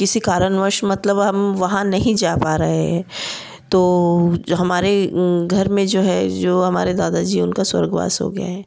किसी कारणवश मतलब हम वहाँ नहीं जा पा रहे हैं तो हमारे घर में जो है जो हमारे दादा जी उनका स्वर्गवास हो गया है